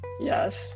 Yes